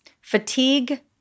Fatigue